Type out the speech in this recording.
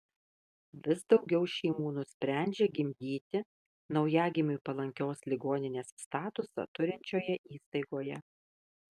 vis daugiau šeimų nusprendžia gimdyti naujagimiui palankios ligoninės statusą turinčioje įstaigoje